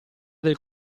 del